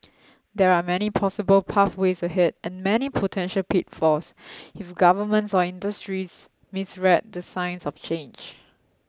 there are many possible pathways ahead and many potential pitfalls if governments or industries misread the signs of change